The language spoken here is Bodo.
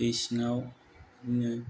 दै सिंआव बिदिनो